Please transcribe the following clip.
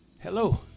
Hello